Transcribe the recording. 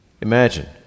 Imagine